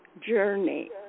journey